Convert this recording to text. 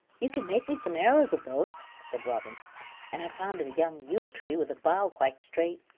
you can make me some arrows of those, said robin and i've found a young yew tree with a bough quite straight.